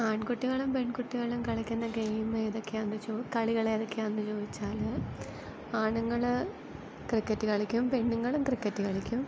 ആൺകുട്ടികളും പെൺകുട്ടികളും കളിക്കുന്ന ഗെയിമ് ഏതൊക്കെയാണെന്ന് കളികൾ ഏതൊക്കെയാണെന്ന് ചോദിച്ചാൽ ആണുങ്ങൾ ക്രിക്കറ്റ് കളിക്കും പെണ്ണുങ്ങളും ക്രിക്കറ്റ് കളിക്കും